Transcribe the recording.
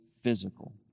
physical